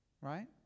right